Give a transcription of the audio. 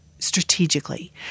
Strategically